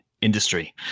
industry